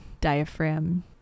diaphragm